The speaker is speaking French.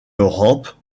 rampe